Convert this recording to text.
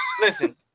Listen